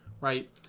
right